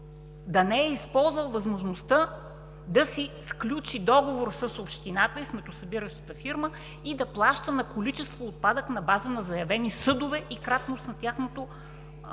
да не е използвал възможността да си сключи договор с общината и сметосъбиращата фирма и да плаща на количество отпадък на база на заявени съдове и кратност на тяхното изхвърляне.